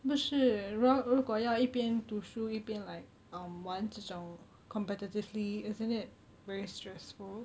不是如如果要一边读书一边 like um 玩这种 competitively isn't it very stressful